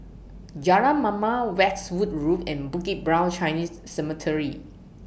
Jalan Mamam Westwood Road and Bukit Brown Chinese Cemetery